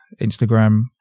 Instagram